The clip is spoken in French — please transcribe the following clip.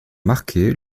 marquée